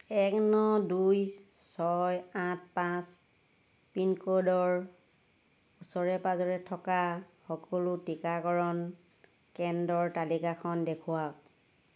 এক ন দুই ছয় আঠ পাঁচ পিনক'ডৰ ওচৰে পাজৰে থকা সকলো টীকাকৰণ কেন্দ্ৰৰ তালিকাখন দেখুৱাওঁক